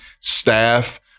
staff